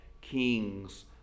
kings